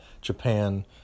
Japan